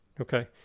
okay